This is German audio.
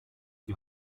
die